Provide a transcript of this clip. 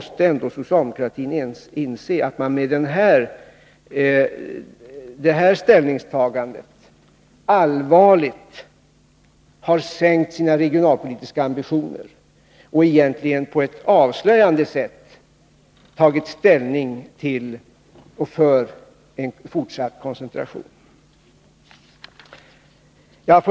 Socialdemokratin måste ändå inse att man genom det här ställningstagandet allvarligt har sänkt sina regionalpolitiska ambitioner och egentligen på ett avslöjande sätt tagit ställning för en fortsatt koncentration.